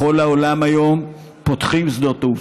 בכל העולם היום פותחים שדות תעופה,